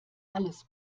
alles